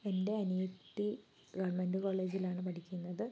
എൻ്റെ അനിയത്തി ഗവൺമെൻ്റ് കോളേജിലാണ് പഠിക്കുന്നത്